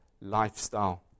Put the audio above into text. lifestyle